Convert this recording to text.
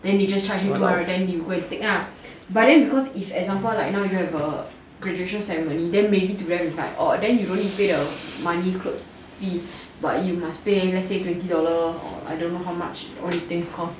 then they just charge you two hundred dollar then you go and take ah but then because if like for example right now you don't have a graduation ceremony then maybe to them is like then oh you don't need pay the money clothes fee but you must pay let say twenty dollar or I don't know how much all these things cost